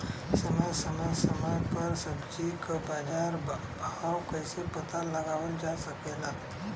समय समय समय पर सब्जी क बाजार भाव कइसे पता लगावल जा सकेला?